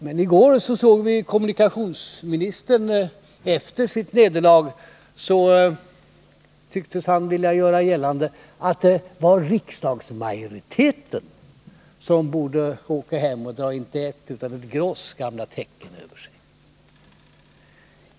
Men kommunikationsministern tycktes efter sitt nederlag i går vilja göra gällande att det var riksdagsmajoriteten som borde åka hem och dra, inte ett utan ett gross gamla täcken över sig.